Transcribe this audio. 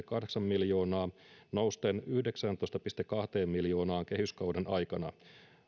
kahdeksan miljoonaa nousten yhdeksääntoista pilkku kahteen miljoonaan kehyskauden aikana